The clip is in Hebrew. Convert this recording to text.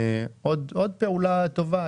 זאת עוד פעולה טובה.